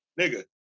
Nigga